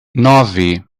nove